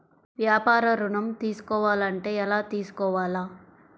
వ్యాపార ఋణం తీసుకోవాలంటే ఎలా తీసుకోవాలా?